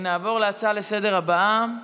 נעבור להצעה הבאה לסדר-היום,